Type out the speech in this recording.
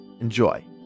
Enjoy